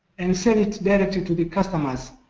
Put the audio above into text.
and send it to directly to the customers,